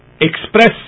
Express